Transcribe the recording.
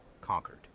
conquered